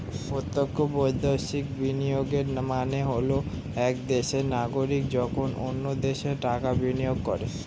প্রত্যক্ষ বৈদেশিক বিনিয়োগের মানে হল এক দেশের নাগরিক যখন অন্য দেশে টাকা বিনিয়োগ করে